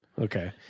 Okay